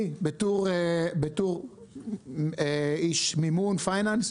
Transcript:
אני בתור איש מימון פיננסי,